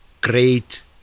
great